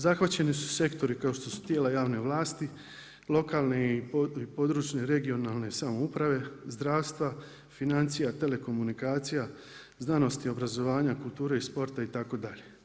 Zahvaćeni su sektori kao što su tijela javne vlasti, lokalne i područne (regionalne) samouprave, zdravstva, financija, telekomunikacija, znanosti i obrazovanja, kulture i sporta itd.